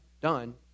done